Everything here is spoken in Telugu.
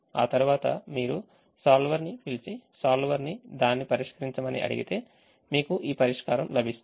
ఆ తర్వాత మీరు solver ని పిలిచి solver ని దాన్ని పరిష్కరించమని అడిగితే మీకు ఈ పరిష్కారం లభిస్తుంది